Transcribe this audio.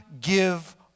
give